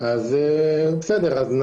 אלה החומרים,